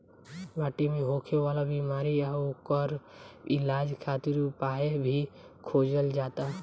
माटी मे होखे वाला बिमारी आ ओकर इलाज खातिर उपाय भी खोजल जाता